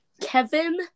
Kevin